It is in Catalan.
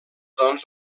doncs